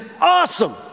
awesome